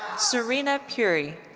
surina puri.